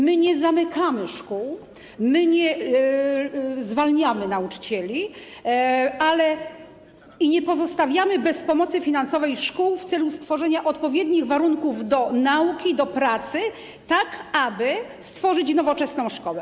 My nie zamykamy szkół, my nie zwalniamy nauczycieli, nie pozostawiamy bez pomocy finansowej szkół w celu stworzenia odpowiednich warunków do nauki, do pracy, tak aby stworzyć nowoczesną szkołę.